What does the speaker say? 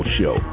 show